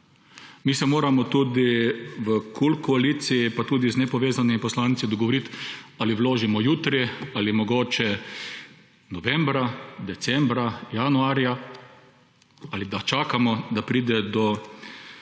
Mi se moramo tudi v koaliciji KUL pa tudi z nepovezanimi poslanci dogovoriti, ali vložimo jutri ali mogoče novembra, decembra, januarja; ali da čakamo, da pride do sestave